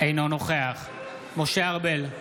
אינו נוכח משה ארבל,